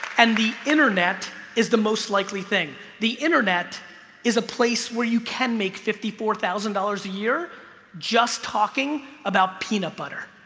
and the internet is the most likely thing the internet is a place where you can make fifty four thousand dollars a year just talking about peanut butter